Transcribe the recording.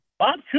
Bob